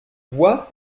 bois